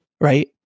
right